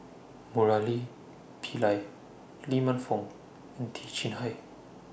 Murali Pillai Lee Man Fong and Teo Chee Hean